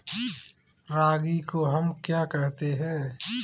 रागी को हम क्या कहते हैं?